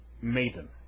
maiden